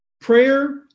Prayer